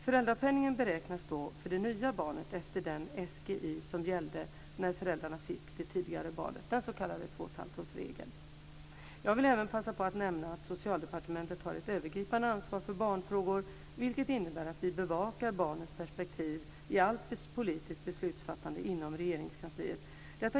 Föräldrapenningen beräknas då för det nya barnet efter den SGI som gällde när föräldrarna fick det tidigare barnet, den s.k. 2 1⁄2-årsregeln. Jag vill även passa på att nämna att Socialdepartementet har ett övergripande ansvar för barnfrågor, vilket innebär att vi bevakar barnets perspektiv i allt politiskt beslutsfattande inom Regeringskansliet.